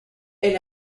elle